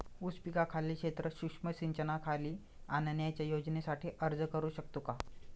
ऊस पिकाखालील क्षेत्र सूक्ष्म सिंचनाखाली आणण्याच्या योजनेसाठी अर्ज करू शकतो का?